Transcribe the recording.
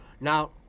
Now